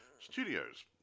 Studios